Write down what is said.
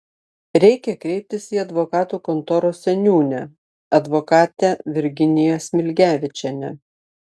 reikia kreiptis į advokatų kontoros seniūnę advokatę virginiją smilgevičienę